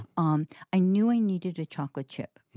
um i knew i needed a chocolate chip,